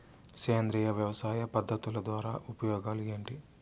సేంద్రియ వ్యవసాయ పద్ధతుల ద్వారా ఉపయోగాలు ఏంటి?